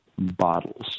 bottles